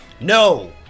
No